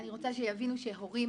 אני רוצה שיבינו שהורים